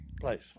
place